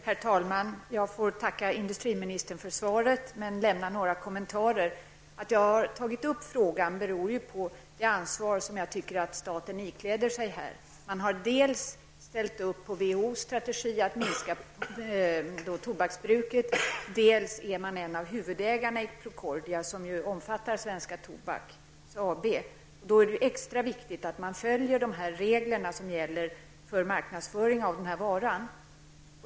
Herr talman! Jag får tacka industriministern för svaret men ändå vill göra några kommentarer. Att jag har tagit upp frågan beror på det ansvar som jag tycker att staten här ikläder sig: Man har dels ställt upp på WHOs strategi att minska tobaksbruket, dels är man en av huvudägarna i Det är då extra viktigt att man följer de regler som gäller för marknadsföring av tobaksvaror.